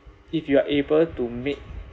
if you are able to make